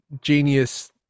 genius